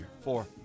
Four